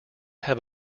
have